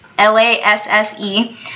L-A-S-S-E